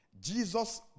Jesus